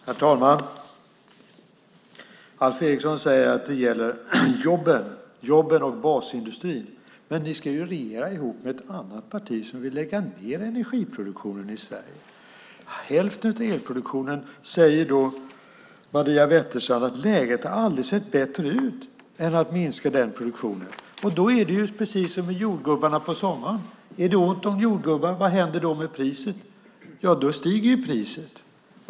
Herr talman! Alf Eriksson säger att det gäller jobben och basindustrin. Men ni ska ju regera ihop med ett annat parti som vill lägga ned hälften av elproduktionen i Sverige. Maria Wetterstrand säger att läget aldrig har sett bättre ut för att minska denna produktion. Då blir det precis som med jordgubbarna på sommaren. Är det ont om jordgubbar stiger priset.